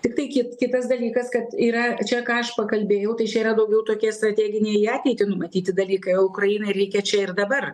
tiktai ki kitas dalykas kad yra čia ką aš pakalbėjau tai čia yra daugiau tokie strateginiai į ateitį numatyti dalykai o ukrainai reikia čia ir dabar